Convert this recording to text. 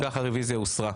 אם כך, הרוויזיה הוסרה.